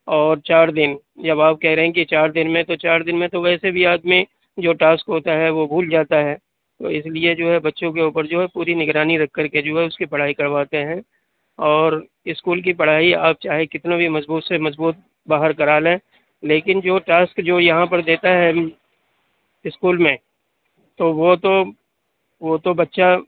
اور چار دِن جب آپ کہہ رہے ہیں کہ چار دِن میں تو چار دِن میں تو ویسے بھی آدمی جو ٹاسک ہوتا ہے وہ بھول جاتا ہے تو اِس لیے جو ہے بچوں کے اُوپر جو ہے پوری نگرانی رکھ کر کے جو ہے اُس کی پڑھائی کرواتے ہیں اور اسکول کی پڑھائی آپ چاہے جتنی بھی مضبوط سے مضبوط باہر کرا لیں لیکن جو ٹاکس جو یہاں پر دیتا ہے اسکول میں تو وہ تو وہ تو بچہ